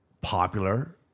popular